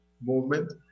movement